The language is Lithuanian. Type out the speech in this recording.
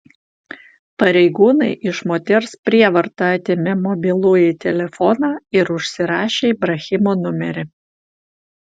pareigūnai iš moters prievarta atėmė mobilųjį telefoną ir užsirašė ibrahimo numerį